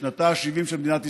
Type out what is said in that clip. בשנתה ה-70 של מדינת ישראל,